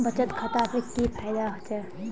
बचत खाता से की फायदा होचे?